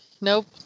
Nope